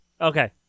Okay